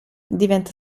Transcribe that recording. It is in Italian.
diventa